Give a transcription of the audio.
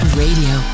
radio